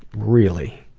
really,